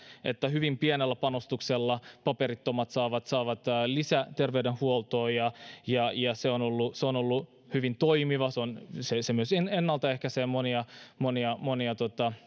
että hyvin pienellä panostuksella paperittomat saavat saavat lisäterveydenhuoltoa ja ja se on ollut hyvin toimiva se myös ennalta ehkäisee monia monia